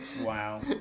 Wow